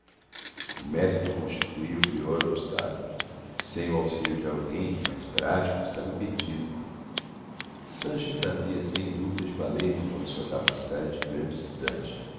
o método constituía o pior obstáculo sem o auxilio de alguém mais prático estava perdido sanches havia sem dúvida de valer me com a sua capacidade de grande estudante